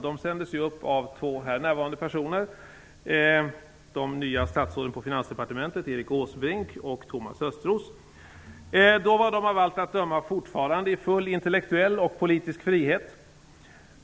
De sändes upp av två här närvarande personer - de nya statsråden på Finansdepartementet, Erik Åsbrink och Thomas Östros. Då var de av allt att döma fortfarande i full intellektuell och politisk frihet.